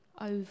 over